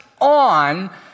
on